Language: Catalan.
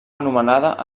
anomenada